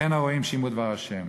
לכן הרועים שמעו דבר ה'